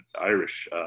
Irish